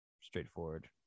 straightforward